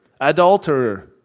adulterer